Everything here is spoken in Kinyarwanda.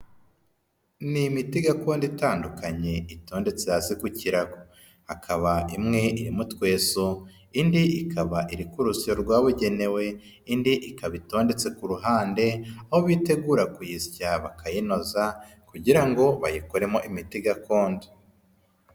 Ni imiti gakondo itandukanye itondetse hasi ku kirago hakaba imwe iri mu tweso, indi ikaba iri ku rusyo rwabugenewe, indi ikaba itondetse ku ruhande aho bitegura kuyisya bakayinoza kugira ngo bayikoremo imiti gakondo.